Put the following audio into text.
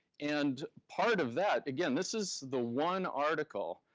and part of that, again, this is the one article,